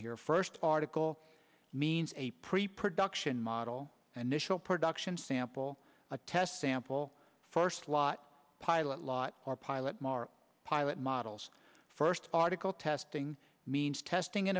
here first article means a pre production model and michelle production sample a test sample first lot pilot lot or pilot more pilot models first article testing means testing an